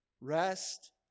rest